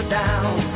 down